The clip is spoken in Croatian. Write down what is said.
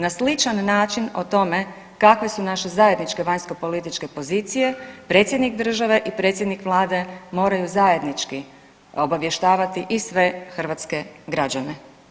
Na sličan način o tome kakve su naše zajedničke vanjskopolitičke pozicije predsjednik države i predsjednik Vlade moraju zajednički obavještavati i sve hrvatske građane.